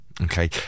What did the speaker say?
Okay